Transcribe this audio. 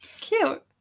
Cute